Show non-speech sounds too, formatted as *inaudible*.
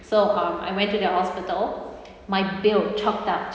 so um I went to the hospital *breath* my bill chalked up